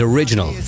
Original